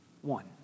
one